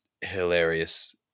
hilarious